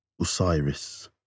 Osiris